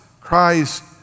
Christ